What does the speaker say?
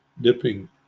dipping